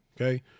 Okay